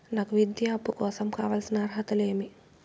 నాకు విద్యా అప్పు కోసం కావాల్సిన అర్హతలు ఏమి?